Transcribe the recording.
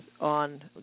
on